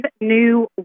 new